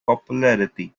popularity